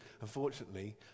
Unfortunately